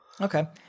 Okay